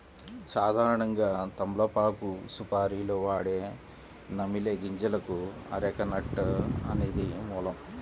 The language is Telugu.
సాధారణంగా తమలపాకు సుపారీలో వాడే నమిలే గింజలకు అరెక నట్ అనేది మూలం